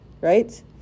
Right